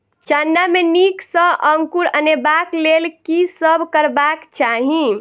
चना मे नीक सँ अंकुर अनेबाक लेल की सब करबाक चाहि?